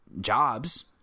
jobs